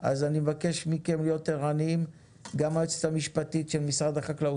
אנחנו ממשיכים במרתון קידום החקיקה שהונחה